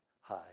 high